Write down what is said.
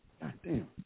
Goddamn